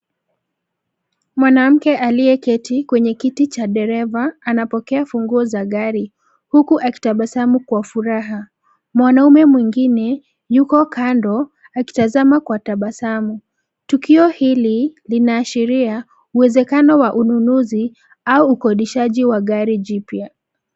Mwanamke aliyeketi kwenye kiti cha dereva anapokea funguo za gari huku akitabasamu kwa furaha. Mwanaume mwengine yuko kando akitazama kwa tabasamu. Tukio hili linaashiria uwezekano wa ununuzi au ukodeshaji wa gari jipya.